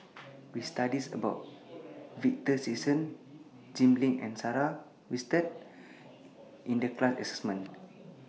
We studied about Victor Sassoon Jim Lim and Sarah Winstedt in The class assignment